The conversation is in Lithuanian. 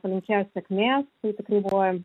palinkėjo sėkmės tai tikrai buvo